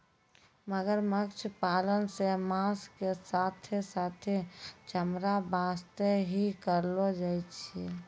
मगरमच्छ पालन सॅ मांस के साथॅ साथॅ चमड़ा वास्तॅ ही करलो जाय छै